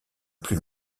plus